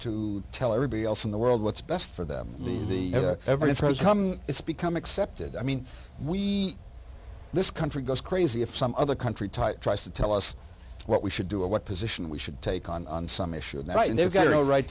to tell everybody else in the world what's best for them the evidence has come it's become accepted i mean we this country goes crazy if some other country type tries to tell us what we should do or what position we should take on on some issue of the right and they've got it all right